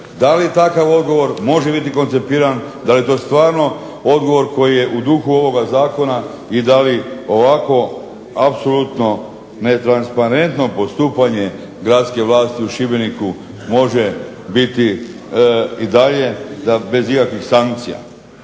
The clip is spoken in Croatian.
da li takav odgovor može biti koncipiran, da li je to stvarno odgovor koji je u duhu ovoga zakona i da li ovako apsolutno netransparentno postupanje gradske vlasti u Šibeniku može biti i dalje bez ikakvih sankcija?